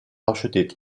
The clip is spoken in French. racheter